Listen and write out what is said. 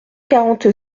quarante